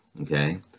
Okay